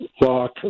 lock